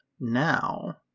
now